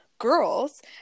girls